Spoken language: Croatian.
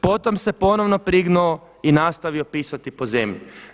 Potom se ponovno prignuo i nastavio pisati po zemlji.